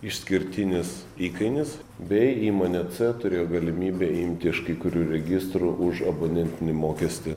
išskirtinis įkainis bei įmonė c turėjo galimybę imti iš kai kurių registrų už abonentinį mokestį